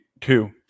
Two